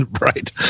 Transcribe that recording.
Right